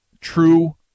true